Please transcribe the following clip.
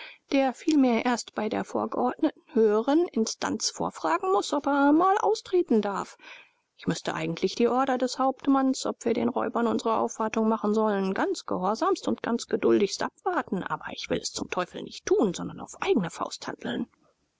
der vielmehr erst bei der vorgeordneten höheren instanz vorfragen muß ob er mal austreten darf ich müßte eigentlich die order des hauptmanns ob wir den räubern unsre aufwartung machen sollen ganz gehorsamst und ganz geduldigst abwarten aber ich will es zum teufel nicht tun sondern auf eigne faust handeln